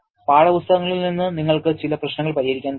പാഠപുസ്തകങ്ങളിൽ നിന്ന് നിങ്ങൾക്ക് ചില പ്രശ്നങ്ങൾ പരിഹരിക്കാൻ കഴിയും